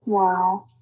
Wow